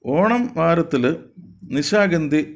ഓണം വാരത്തിൽ നിശാഗന്ധി